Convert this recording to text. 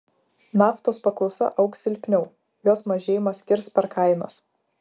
naftos paklausa augs silpniau jos mažėjimas kirs per kainas